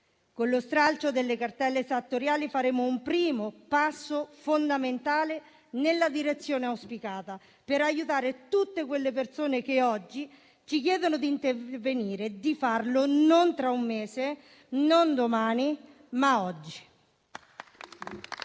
Con lo stralcio delle cartelle esattoriali faremo un primo passo fondamentale nella direzione auspicata per aiutare tutte quelle persone che oggi ci chiedono di intervenire e di farlo non tra un mese, non domani, ma oggi.